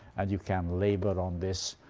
and you can labor on this,